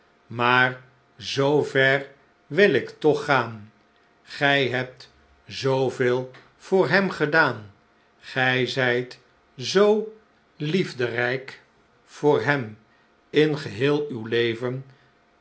maar zoo ver wil ik toch gaan gij hebt zooveel voor hem gedaan gij zijt zoo liefderijk voor hem in geheel uw leven